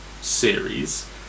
series